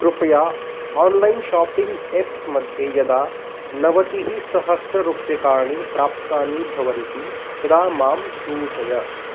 कृपया online shopping apps मध्ये यदा नवतिः सहस्ररूप्यकाणि प्राप्तानि भवन्ति तदा मां सूचय